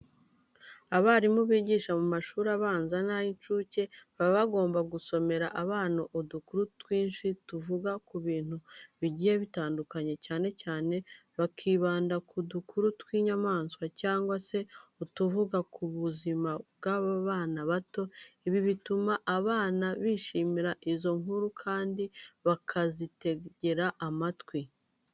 Abarimu bigisha mu mashuri abanza n'ay'inshuke baba bagomba gusomera abana udukuru twinshi tuvuga ku bintu bigiye bitandukanye, cyane cyane bakibanda ku dukuru tw'inyamanswa cyangwa se utuvuga ku buzima bw'abana bato. Ibi bituma abana bishimira izo nkuru kandi bakazitegera amatwi.